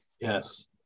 yes